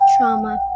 trauma